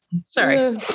Sorry